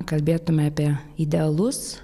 kalbėtume apie idealus